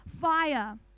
fire